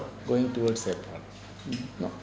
going towards airport